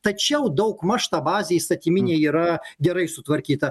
tačiau daugmaž ta bazė įstatyminė yra gerai sutvarkyta